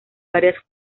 varias